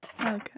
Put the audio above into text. Okay